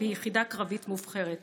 לרגל ציון שלוש שנים לקמפיין MeToo,